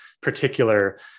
particular